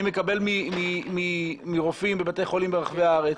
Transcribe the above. אני מקבל מרופאים בבתי חולים ברחבי הארץ